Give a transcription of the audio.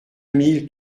mille